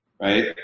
right